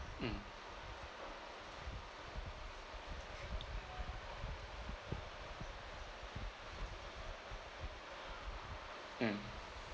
mm mm